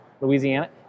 louisiana